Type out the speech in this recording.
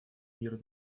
мир